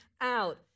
out